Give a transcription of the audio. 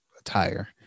attire